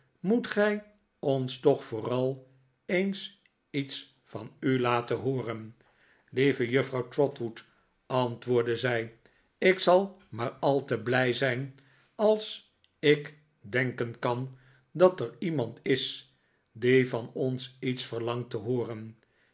moet gij ons toch vooral eens iets van u laten hooren lieve juffrouw trotwood antwoordde zij ik zal maar al te blij zijn als ik denken kan dat er iemand is die van ons iets verlangt te hooren